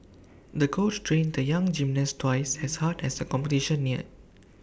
the coach trained the young gymnast twice as hard as the competition neared